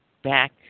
back